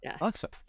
Awesome